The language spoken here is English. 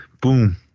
Boom